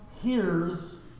hears